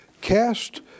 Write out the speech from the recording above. Cast